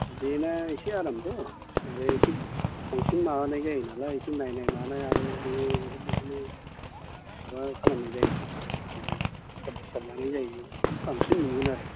बेना इसे आरामथ' आरो इसे बांसिन माबानाय जायो नालाय इसे नायनाय मानाय आरो बियो बेफोरबायदिनो माबा खालामनाय जायो नालाय हिसाब खिथाब लानाय जायो इसे बांसिन मोनगोन आरो